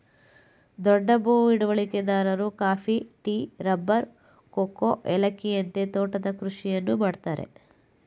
ದೊಡ್ಡ ಭೂ ಹಿಡುವಳಿದಾರರು ಕಾಫಿ, ಟೀ, ರಬ್ಬರ್, ಕೋಕೋ, ಏಲಕ್ಕಿಯಂತ ತೋಟದ ಕೃಷಿಯನ್ನು ಮಾಡ್ತರೆ